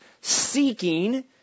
seeking